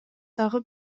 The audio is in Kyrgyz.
дагы